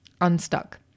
unstuck